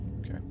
Okay